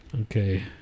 Okay